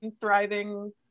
thriving